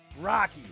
Rocky